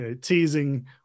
teasing